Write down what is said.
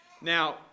Now